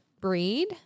breed